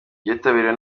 byitabiriwe